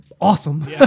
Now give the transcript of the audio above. awesome